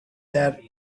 that